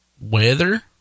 weather